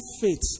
faith